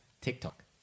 TikTok